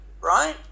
Right